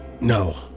No